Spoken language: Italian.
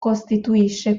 costituisce